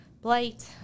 blight